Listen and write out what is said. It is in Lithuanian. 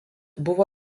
buvo